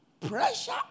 Pressure